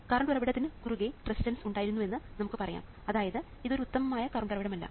current ഉറവിടത്തിന് കുറുകെ ചില റെസിസ്റ്റൻസ് ഉണ്ടായിരുന്നുവെന്ന് നമുക്ക് പറയാം അതായത് ഇത് ഒരു ഉത്തമമായ കറണ്ട് ഉറവിടമല്ല